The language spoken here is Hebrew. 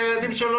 לילדים שלו,